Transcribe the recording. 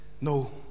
No